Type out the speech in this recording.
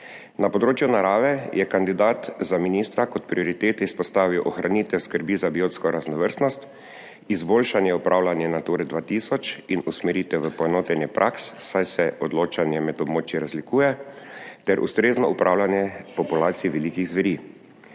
Na področju narave, je kandidat za ministra kot prioritet izpostavil ohranitev skrbi za biotsko raznovrstnost, izboljšanje upravljanja Nature 2000 in usmeritev v poenotenje praks, saj se odločanje med območji razlikuje, ter ustrezno upravljanje populacij velikih zveri.